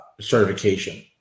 certification